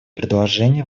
предложения